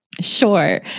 Sure